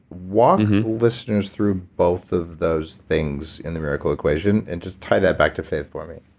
walk listeners through both of those things in the miracle equation and just tie that back to faith for me?